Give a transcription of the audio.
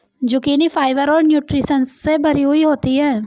zucchini fibre और nutritions से भरी हुई होती है